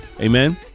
amen